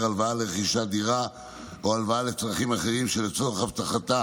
הלוואה לרכישת דירה או הלוואה לצרכים אחרים שלצורך הבטחתה